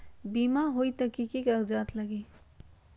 बिमा होई त कि की कागज़ात लगी?